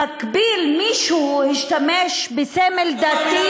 במקביל מישהו השתמש בסמל דתי,